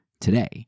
today